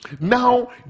Now